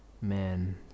Man